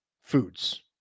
foods